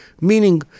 meaning